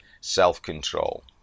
self-control